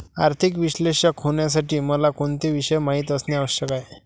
आर्थिक विश्लेषक होण्यासाठी मला कोणते विषय माहित असणे आवश्यक आहे?